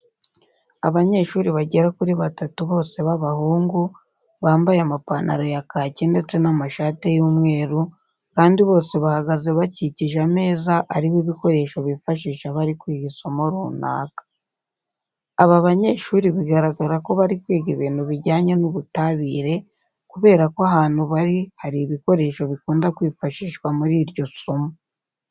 Abanyeshuri bagera kuri batatu bose b'abahungu bambaye amapantaro ya kaki ndetse n'amashati y'umweru kandi bose bahagaze bakikije ameza ariho ibikoresho bifashisha bari kwiga isomo runaka. Aba banyeshuri biragaragara ko bari kwiga ibintu bijyanye n'ubutabire kubera ko ahantu bari hari ibikoresho bikunda kwifashishwa muri iryo somo.